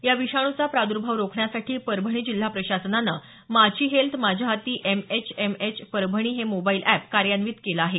या विषाणूचा प्रादर्भाव रोखण्यासाठी परभणी जिल्हा प्रशासनाने माझी हेल्थ माझ्या हाती M H M H Parbhani हे मोबाईल अॅप कार्यान्वित केलं आहे